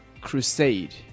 Crusade